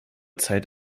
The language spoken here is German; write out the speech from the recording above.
zeit